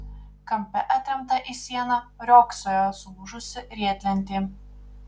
kampe atremta į sieną riogsojo sulūžusi riedlentė